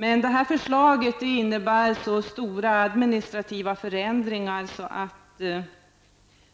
Men förslaget innebär så stora administrativa förändringar att